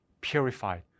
purified